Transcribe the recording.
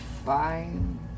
Fine